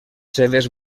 seves